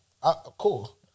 Cool